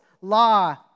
law